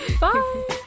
Bye